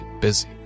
busy